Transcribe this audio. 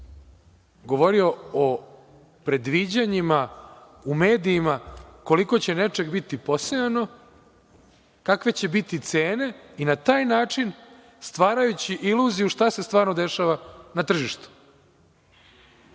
govorio o predviđanjima u medijima koliko će nečeg biti posejano, kakve će biti cene i na taj način stvarajući iluziju šta se stvarno dešava na tržištu.